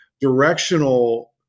directional